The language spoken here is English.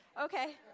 Okay